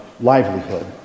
livelihood